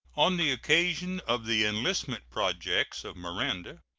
on the occasion of the enlistment projects of miranda.